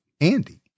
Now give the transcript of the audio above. Andy